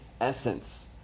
essence